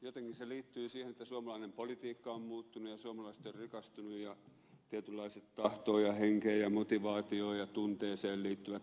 jotenkin se liittyy siihen että suomalainen politiikka on muuttunut ja suomalaiset ovat rikastuneet ja tietynlaiset tahtoon ja henkeen ja motivaatioon ja tunteeseen liittyvät asiat voimistuvat